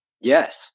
Yes